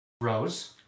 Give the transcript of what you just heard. rose